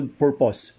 purpose